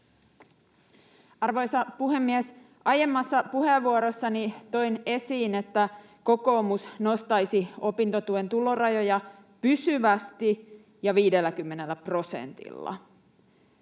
Arvoisa puhemies! Aiemmassa puheenvuorossani toin esiin, että kokoomus nostaisi opintotuen tulorajoja pysyvästi ja 50 prosentilla.